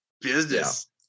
business